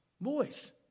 voice